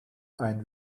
ein